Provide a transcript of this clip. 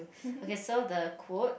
okay so the quote